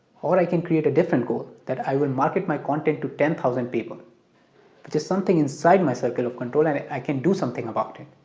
or i can create a different goal that i will market my content to ten thousand people which is something inside my circle of control and i can do something about it.